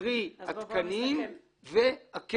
-- קרי: התקנים והכסף.